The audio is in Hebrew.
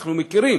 ואנחנו מכירים